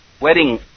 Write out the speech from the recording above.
wedding